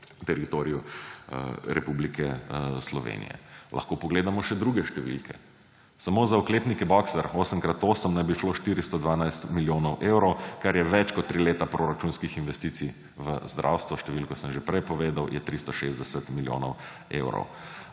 teritoriju Republike Slovenije. Lahko pogledamo še druge številke. Samo za oklepnike boxer 8 krat 8 naj bi šlo 412 milijonov evrov, kar je več kot tri leta proračunskih investicij v zdravstvu − številko sem že prej povedal, je 360 milijonov evrov.